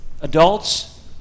Adults